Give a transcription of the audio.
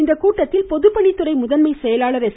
இக்கூட்டத்தில் பொதுப்பணித்துறை முதன்மை செயலாளர் எஸ்